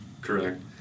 Correct